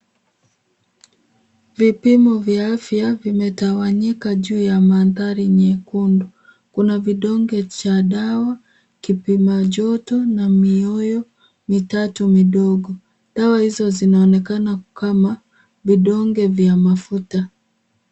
Vipimo vya afya vimetawanyika juu ya mandhari nyekundu. Kuna vidonge cha dawa, kipima joto na mioyo mitatu midogo. Dawa hizo zinaonekana kama vidonge vya mafuta.